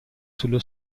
sullo